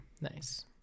Nice